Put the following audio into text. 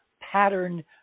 pattern